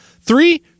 Three